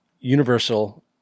Universal